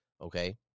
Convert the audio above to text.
Okay